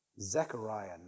Zechariah